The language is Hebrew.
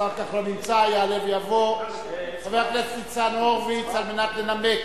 יעלה ויבוא חבר הכנסת ניצן הורוביץ על מנת לנמק